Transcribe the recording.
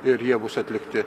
ir jie bus atlikti